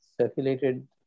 circulated